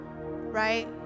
right